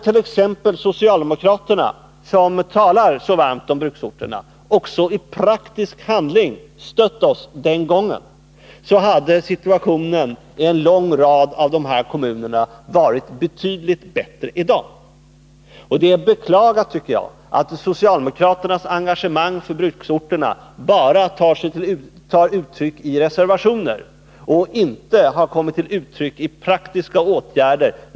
Om socialdemokraterna, som talar så varmt för bruksorterna, i praktisk handling hade stött oss den gången, skulle situationen i en lång rad kommuner i dag ha varit betydligt bättre än den är. Jag tycker att det är att beklaga att socialdemokraternas engagemang för bruksorterna bara tar sig uttryck i reservationer och inte i praktiska åtgärder.